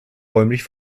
räumlich